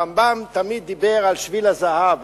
הרמב"ם תמיד דיבר על שביל הזהב,